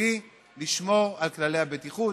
דו-גלגלי לשמור על כללי הבטיחות,